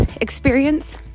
experience